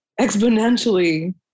exponentially